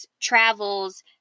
travels